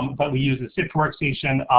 but we use the sift workstation,